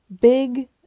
big